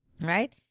Right